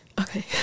Okay